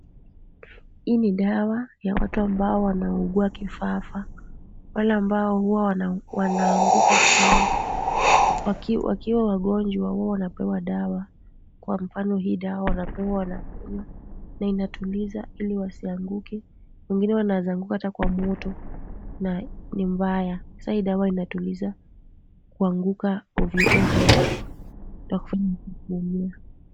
Hii ni dawa ya watu ambao wanaugua kifafa. Wale ambao huwa wanaanguka chini. Wakiwa wagonjwa huwa wanapewa dawa, kwa mfano hii dawa wanapewa wanakunywa na inatuliza Ili wasianguke. Wengine wanaweza anguka hata kwa moto na ni mbaya sa hii dawa inatuliza kuanguka ovyo ovyo na kufanya kutulia.